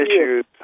issues